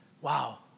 wow